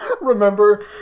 Remember